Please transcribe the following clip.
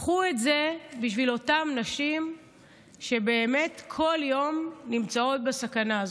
קחו את זה בשביל אותן נשים שבאמת כל יום נמצאות בסכנה הזאת.